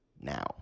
now